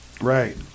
Right